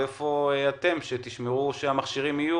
ואיפה אתם, שתשמרו שהמשכירים יהיו?